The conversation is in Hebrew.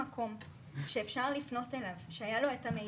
פניתי אליו שוב